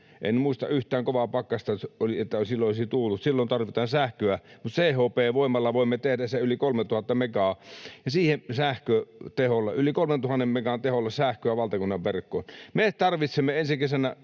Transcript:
En muista yhtään kovaa pakkasta, että silloin olisi tuullut. Silloin tarvitaan sähköä, ja CHP-voimalla voimme tehdä sen yli 3 000 megaa, ja sillä yli 3 000 megan teholla sähköä valtakunnan verkkoon. Me tarvitsemme ensi kesänä